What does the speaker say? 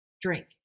drink